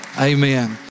Amen